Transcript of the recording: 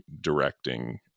directing